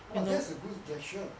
!wah! that's a good gesture